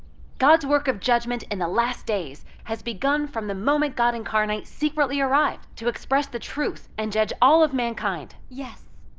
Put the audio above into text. god's work of judgment in the last days has begun from the moment god incarnate secretly arrived to express the truth and judge all of mankind.